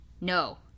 No